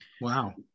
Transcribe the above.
Wow